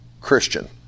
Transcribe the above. Christian